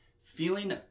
feeling